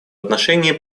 отношении